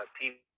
people